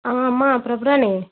అమ్మా ప్రభురాణి